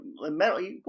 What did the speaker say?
metal